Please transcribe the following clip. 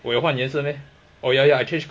我有换颜色 meh oh ya ya I change